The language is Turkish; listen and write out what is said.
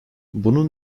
bunun